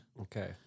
Okay